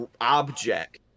object